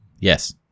Yes